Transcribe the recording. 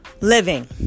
living